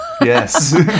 Yes